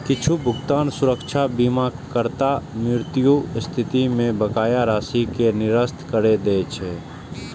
किछु भुगतान सुरक्षा बीमाकर्ताक मृत्युक स्थिति मे बकाया राशि कें निरस्त करै दै छै